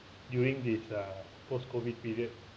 during this uh post COVID period